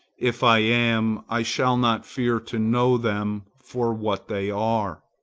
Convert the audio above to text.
if i am, i shall not fear to know them for what they are.